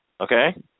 Okay